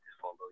follow